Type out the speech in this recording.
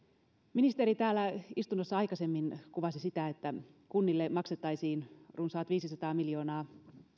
ministeri täällä istunnossa aikaisemmin kuvasi sitä että kunnille maksettaisiin runsaat viisisataa miljoonaa